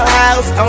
house